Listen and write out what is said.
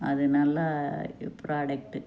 அது நல்லா ப்ரோடக்ட்டு